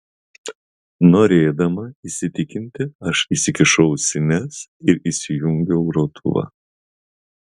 norėdama įsitikinti aš įsikišau ausines ir įsijungiau grotuvą